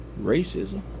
racism